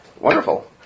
Wonderful